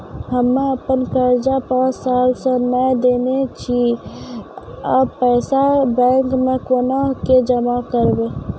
हम्मे आपन कर्जा पांच साल से न देने छी अब पैसा बैंक मे कोना के जमा करबै?